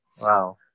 Wow